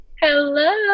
Hello